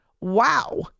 Wow